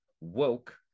woke